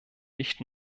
nicht